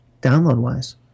download-wise